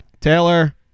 Taylor